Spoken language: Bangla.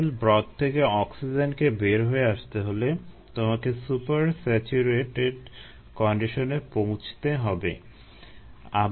তরল ব্রথ থেকে অক্সিজেনকে বের হয়ে আসতে হলে তোমাকে সুপার স্যাচুরেটেড কন্ডিশনে পৌঁছতে হবে